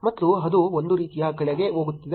ಮತ್ತು ಅದು ಒಂದು ರೀತಿಯ ಕೆಳಗೆ ಹೋಗುತ್ತದೆ